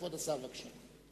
כבוד השר, בבקשה.